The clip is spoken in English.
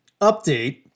Update